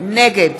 נגד